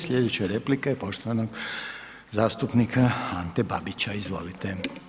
Sljedeća replika je poštovanog zastupnika Ante Babića, izvolite.